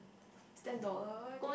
it's ten dollar I think